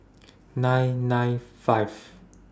nine nine five